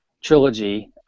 trilogy